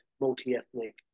multi-ethnic